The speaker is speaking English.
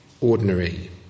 ordinary